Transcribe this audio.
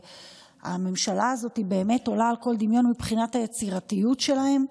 הממשלה הזאת עולה על כל דמיון מבחינת היצירתיות שלהם.